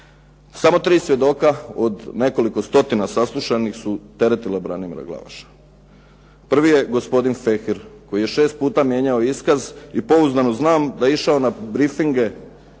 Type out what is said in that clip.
Samo tri svjedoka od nekoliko stotina saslušanih su teretila Branimira Glavaša. Prvi je gospodin Fehir koji je šest puta mijenjao iskaz i pouzdano znam da je išao na brifinge